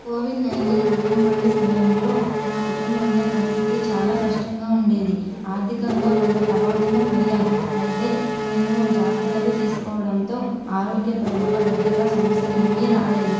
Covid nineteen మహమ్మారి సమయంలో మా కుటుంబంలో పరిస్థితి చాలా కష్టంగా ఉండేది ఆర్థికంగా కొంత ప్రభావితం అయ్యాం అయితే మేము జాగ్రత్తలు తీసుకోవడంతో ఆరోగ్యపరంగా పెద్దగా సమస్యలు ఏమీ రాలేదు